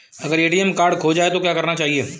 अगर ATM card खो जाए तो क्या करना चाहिए?